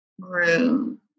grew